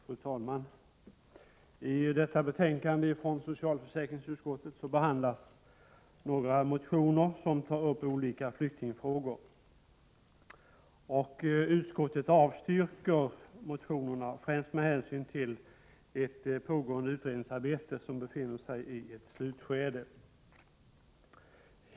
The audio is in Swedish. Fru talman! I detta betänkande från socialförsäkringsutskottet behandlas några motioner som tar upp olika flyktingfrågor. Utskottet avstyrker motionerna främst med hänsyn till det pågående utredningsarbetet, som befinner sig i ett slutskede.